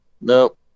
Nope